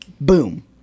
boom